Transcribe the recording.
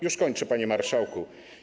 Już kończę, panie marszałku.